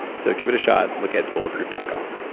so give it a shot, look at bulletproof dot com.